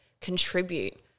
contribute